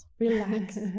relax